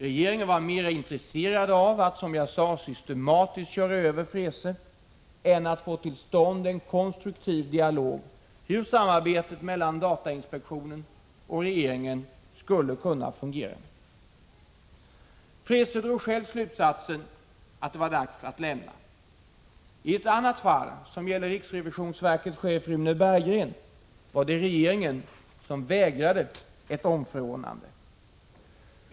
Regeringen var mera intresserad av att — som jag sagt — systematiskt köra över Freese än att få till stånd en konstruktiv dialog om hur samarbetet mellan datainspektionen och regeringen skulle kunna fungera. Freese drog själv slutsatsen att det var dags att lämna sin post. I ett annat fall, det som gäller riksrevisionsverkets chef Rune Berggren, var det regeringen som vägrade omförordnande.